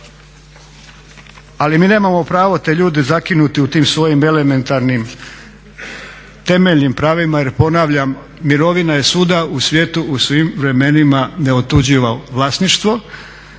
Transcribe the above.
ali mi nemamo pravo te ljude zakinuti u tim svojim elementarnim, temeljnim pravima jer ponavljam mirovina je svuda u svijetu u svim vremenima neotuđivo vlasništvo,